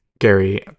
Gary